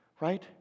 right